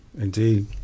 Indeed